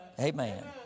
Amen